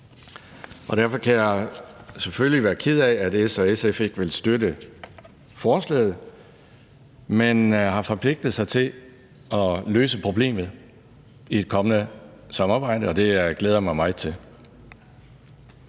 derfor kan jeg selvfølgelig være ked af, at S og SF ikke vil støtte forslaget, men de har forpligtet sig til at løse problemet i et kommende samarbejde, og det glæder jeg mig meget til.